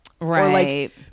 right